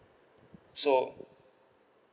so